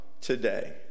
today